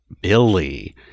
Billy